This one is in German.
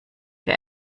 der